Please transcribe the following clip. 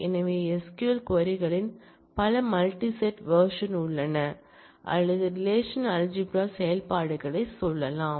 எனவே SQL query களின் பல மல்டி செட் வெர்ஷன் உள்ளன அல்லது ரெலேஷனல்அல்ஜிப்ரா செயல்பாடுகளைச் சொல்லலாம்